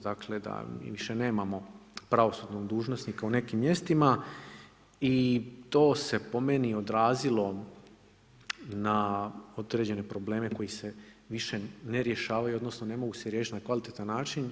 Dakle da mi više nemamo pravosudnog dužnosnika u nekim mjestima i to se po meni odrazilo na određene probleme koji se više ne rješavaju odnosno ne mogu se riješiti na kvalitetan način.